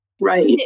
Right